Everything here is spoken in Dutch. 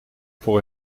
voor